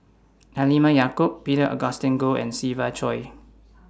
Halimah Yacob Peter Augustine Goh and Siva Choy